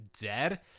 dead